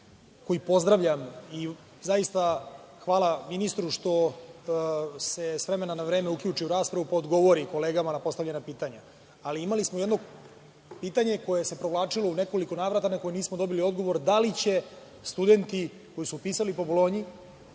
koji pozdravljam, zaista hvala ministru što se s vremena na vreme uključi u raspravu pa odgovori kolegama na postavljena pitanja, imali smo jedno pitanje koje se provlačilo u nekoliko navrata na koje nismo dobili odgovor – da li će studenti koji su upisali po Bolonji